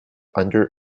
under